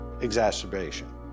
exacerbation